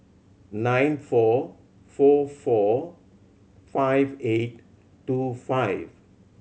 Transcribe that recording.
nine four four four five eight two five